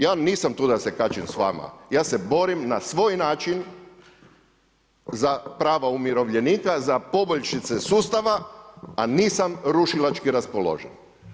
Ja nisam tu da se kačim s vama, ja se borim na svoj način za prava umirovljenika, za poboljšice sustava a nisam rušilački raspoloživ.